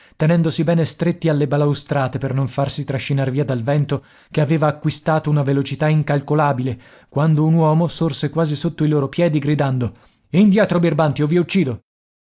tenendosi bene stretti alle balaustrate per non farsi trascinar via dal vento che aveva acquistato una velocità incalcolabile quando un uomo sorse quasi sotto i loro piedi gridando indietro birbanti o vi uccido